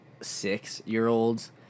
six-year-olds